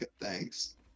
thanks